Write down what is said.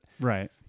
Right